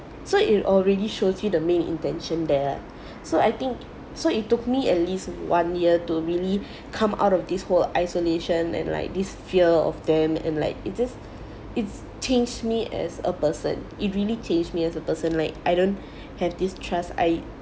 so it already shows you the main intention there lah so I think so it took me at least one year to really come out of this whole isolation and like this fear of them and like it just it's changed me as a person it really changed me as a person like I don't have this trust I